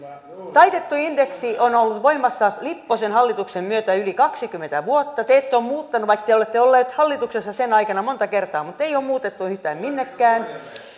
taitettu indeksi on ollut voimassa lipposen hallituksen myötä yli kaksikymmentä vuotta te ette ole muuttaneet sitä vaikka te olette olleet hallituksessa sen aikana monta kertaa mutta ei ole muutettu yhtään minnekään